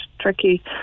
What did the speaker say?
tricky